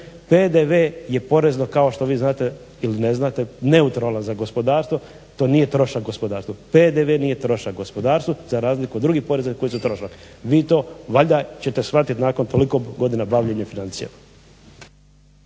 PDV je porezno kao što vi znate ili ne znate neutralno za gospodarstvo, to nije trošak gospodarstva. PDV nije trošak gospodarstvu za razliku od drugih poreza koji su trošak. Vi to valjda ćete shvatiti nakon toliko godina bavljenja financijama.